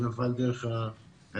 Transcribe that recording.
זה מופעל דרך העירייה.